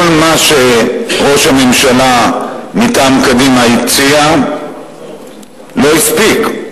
כל מה שראש הממשלה מטעם קדימה הציע לא הספיק.